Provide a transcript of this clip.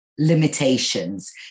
Limitations